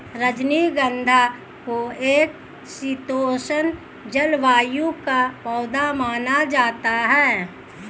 रजनीगंधा को एक शीतोष्ण जलवायु का पौधा माना जाता है